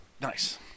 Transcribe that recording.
Nice